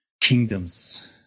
kingdoms